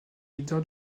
leader